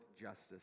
justice